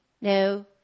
No